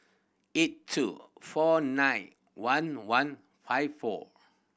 eight two four nine one one five four